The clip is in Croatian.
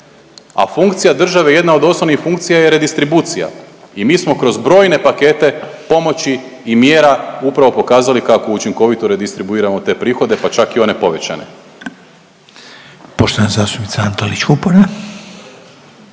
a funkcija države je jedna od osnovnih funkcija je redistribucija. I mi smo kroz brojne pakete pomoći i mjera upravo pokazali kako učinkovito redestribuiramo te prihode, pa čak i one povećane. **Reiner, Željko